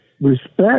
Respect